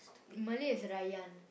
Malay is Rayyan